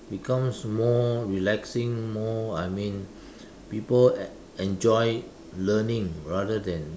becomes more relaxing more I mean people e~ enjoy learning rather than